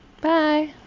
Bye